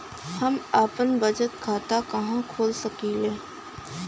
हम आपन बचत खाता कहा खोल सकीला?